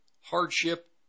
hardship